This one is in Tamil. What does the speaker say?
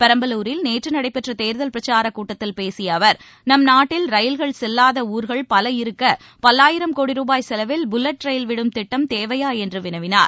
பெரம்பலூரில் நேற்று நடைபெற்ற தேர்தல் பிரச்சாரக் கூட்டத்தில் பேசிய அவர் நம்நாட்டில் ரயில்கள் செல்லாத ஊர்கள் பல இருக்க பல்லாயிரம் கோடி ரூபாய் செலவில் புல்லட் ரயில் விடும் திட்டம் தேவையா என்று வினவினார்